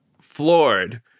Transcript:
floored